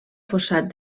fossat